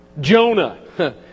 Jonah